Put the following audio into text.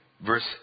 Verse